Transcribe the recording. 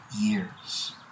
years